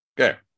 Okay